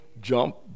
jump